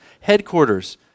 headquarters